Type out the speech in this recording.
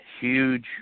huge